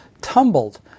tumbled